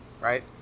Right